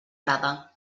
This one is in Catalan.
arada